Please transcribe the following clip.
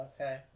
Okay